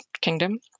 Kingdom